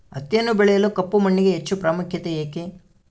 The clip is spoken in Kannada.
ಹತ್ತಿಯನ್ನು ಬೆಳೆಯಲು ಕಪ್ಪು ಮಣ್ಣಿಗೆ ಹೆಚ್ಚು ಪ್ರಾಮುಖ್ಯತೆ ಏಕೆ?